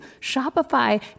Shopify